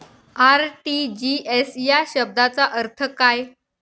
RTGS या शब्दाचा अर्थ काय?